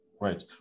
Right